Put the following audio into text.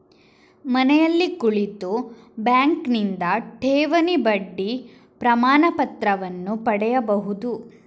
ಮನೆಯಲ್ಲಿ ಕುಳಿತು ಬ್ಯಾಂಕಿನಿಂದ ಠೇವಣಿ ಬಡ್ಡಿ ಪ್ರಮಾಣಪತ್ರವನ್ನು ಪಡೆಯಬಹುದು